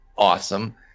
Awesome